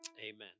amen